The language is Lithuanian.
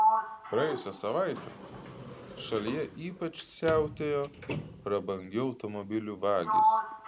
praėjusią savaitę šalyje ypač siautėjo prabangių automobilių vagys